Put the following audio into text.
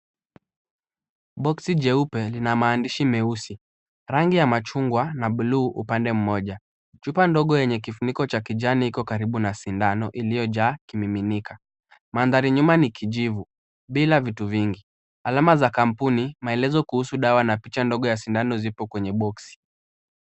Boksi jeupe lina maandishi meusi. Rangi ya machungwa na buluu upande mmoja. Chupa ndogo yenye kifuniko cha kijani iko karibu na sindano iliyojaa kimiminika. Mandhari nyuma ni kijivu bila vitu vingi. Alama za kampuni, maelezo kuhusu dawa na picha ndogo ya sindano ziko kwenye boksi.